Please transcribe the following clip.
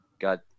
got